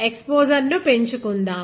ఎక్స్పోజర్ను పెంచుకుందాం